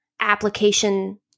application